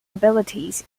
abilities